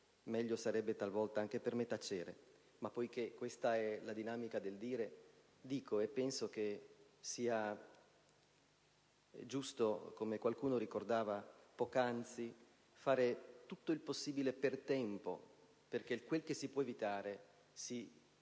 talvolta sarebbe meglio anche per me tacere. Ma poiché questa è la dinamica del dire, dico e penso che sia giusto, come qualcuno ricordava poc'anzi, fare tutto il possibile per tempo perché quel che si può evitare si